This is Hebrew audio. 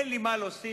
אין לי מה להוסיף.